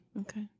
Okay